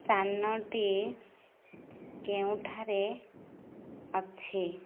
ସ୍ଥାନଟି କେଉଁଠାରେ ଅଛି